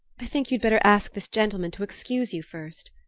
i think you'd better ask this gentleman to excuse you first.